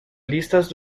listas